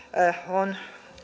on